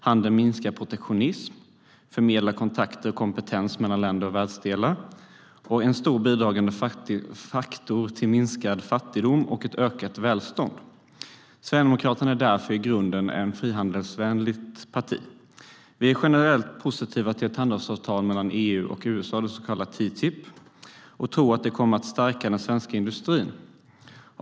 Handeln minskar protektionism, förmedlar kontakter och kompetens mellan länder och världsdelar och är en stor bidragande faktor till minskad fattigdom och ökat välstånd. Sverigedemokraterna är därför i grunden ett frihandelsvänligt parti. Vi är generellt positiva till ett handelsavtal mellan EU och USA, det så kallade TTIP. Vi tror att det kommer att stärka den svenska industrin.